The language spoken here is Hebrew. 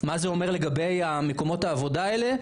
מה זה אומר לגבי מקומות העבודה האלה?